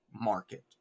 market